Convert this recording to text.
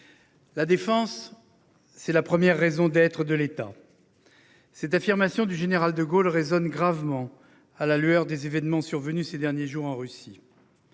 La défense, c'est la première raison d'être de l'État. Cette affirmation du général De Gaulle résonne gravement à la lueur des événements survenus ces derniers jours en Russie.